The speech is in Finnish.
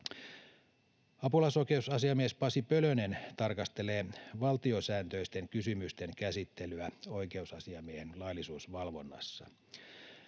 Apulaisoikeusasiamies Pasi Pölönen tarkastelee valtiosääntöisten kysymysten käsittelyä oikeusasiamiehen laillisuusvalvonnassa.